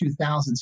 2000s